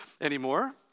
anymore